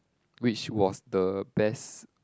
which was the best